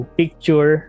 picture